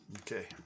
Okay